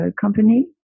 company